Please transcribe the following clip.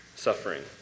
suffering